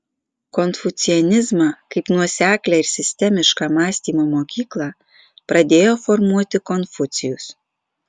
konfucianizmą kaip nuoseklią ir sistemišką mąstymo mokyklą pradėjo formuoti konfucijus